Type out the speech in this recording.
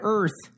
Earth